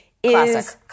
Classic